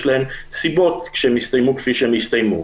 להם סיבות שהם הסתיימו כפי שהם הסתיימו: